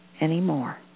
anymore